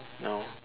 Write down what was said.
no